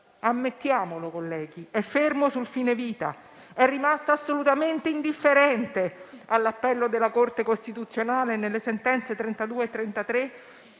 ammettiamolo colleghi. È fermo sul fine vita, è rimasto assolutamente indifferente all'appello della Corte costituzionale nelle sentenze nn. 32